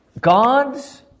God's